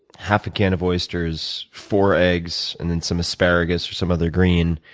half a can of oysters, four eggs, and then some asparagus or some other green,